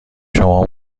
شما